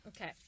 Okay